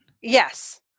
Yes